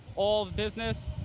all business,